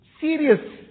serious